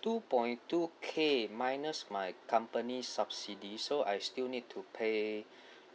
two point two K minus my company subsidy so I still need to pay